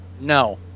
No